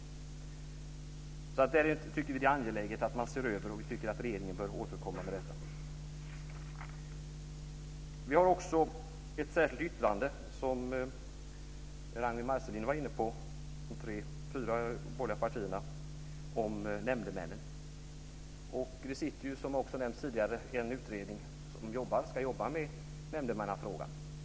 Det tycker vi att det är angeläget att man ser över, och vi tycker att regeringen bör återkomma om detta. De fyra borgerliga partierna har också ett särskilt yttrande om nämndemännen, som Ragnwi Marcelind var inne på. Som också nämnts tidigare har en utredning tillsatts som ska jobba med nämndemannafrågan.